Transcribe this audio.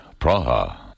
Praha